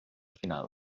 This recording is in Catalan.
final